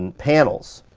and panels.